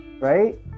right